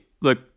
look